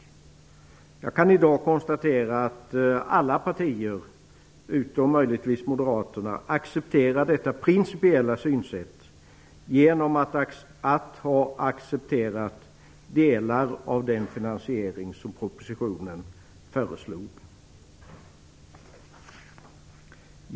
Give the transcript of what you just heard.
Jag kan i dag konstatera att alla partier, utom möjligtvis Moderaterna, accepterar detta principiella synsätt genom att ha accepterat delar av den finansiering som föreslogs i propositionen.